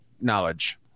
knowledge